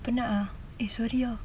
penat ah eh sorry lah